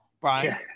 Brian